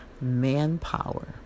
manpower